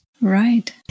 Right